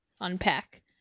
unpack